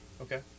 Okay